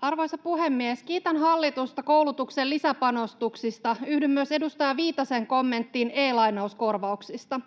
Arvoisa puhemies! Kiitän hallitusta koulutuksen lisäpanostuksista. Yhdyn myös edustaja Viitasen kommenttiin e-lainauskorvauksista.